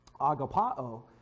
agapao